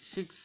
Six